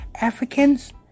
Africans